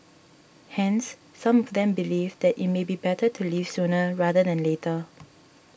hence some of them believe it may be better to leave sooner rather than later